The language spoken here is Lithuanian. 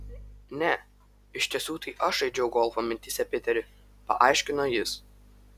ne iš tiesų tai aš žaidžiau golfą mintyse piteri paaiškino jis